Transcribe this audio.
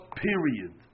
period